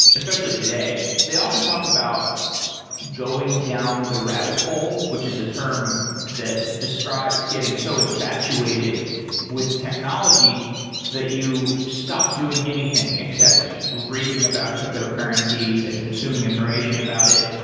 especially today, they often talk about going down the rabbit hole, which is a term that describes getting so infatuated with technology that you stop doing anything, except reading about cryptocurrencies and consuming information about it.